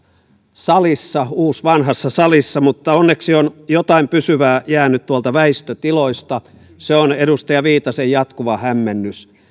salissa uusvanhassa salissa mutta onneksi on jotain pysyvää jäänyt tuolta väistötiloista se on edustaja viitasen jatkuva hämmennys